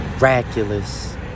miraculous